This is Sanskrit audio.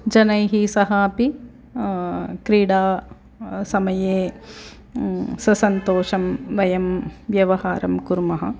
जनैः सह अपि क्रीडा समये ससन्तोषं वयं व्यवहारं कुर्मः